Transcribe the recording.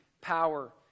power